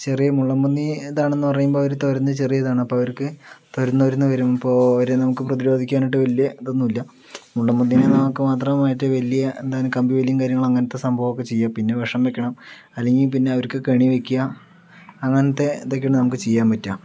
ചെറിയ മുള്ളൻപന്നി ഏതാണെന്നു പറയുമ്പോൾ അവര് തുരന്ന് ചെറിയ ഇതാണ് അവരൊക്കെ തുരന്ന് തുരന്ന് വരും അപ്പോൾ അവരെ നമുക്ക് പ്രധിരോധിക്കാനായിട്ട് വലിയ ഇതൊന്നും ഇല്ല മുള്ളൻപന്നി നമുക്ക് മാത്രം ആയിട്ട് വലിയ കമ്പിവേലിയും അങ്ങനത്തെ സംഭവൊക്കെ ചെയ്യാം പിന്നെ വെഷം വെക്കണം അല്ലെങ്കിൽ പിന്നെ അവർക്ക് കെണി വെക്കുക അങ്ങനത്തെ ഇതൊക്കെയാണ് നമുക്ക് ചെയ്യാൻ പറ്റുക